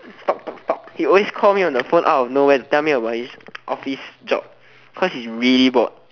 talk talk talk he always call me on the phone out of nowhere and tell me about his office job cause he's really bored